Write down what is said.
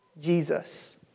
Jesus